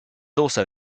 also